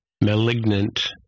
malignant